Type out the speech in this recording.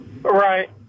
Right